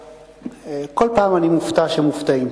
כל פעם אני מופתע שמופתעים.